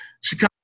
Chicago